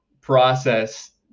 process